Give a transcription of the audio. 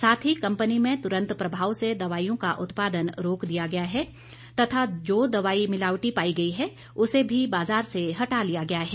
साथ ही कंपनी में तुरंत प्रभाव से दवाइयों का उत्पादन रोक दिया गया है तथा जो दवाई मिलावटी पाई गई हैं उसे भी बाजार से हटा लिया गया है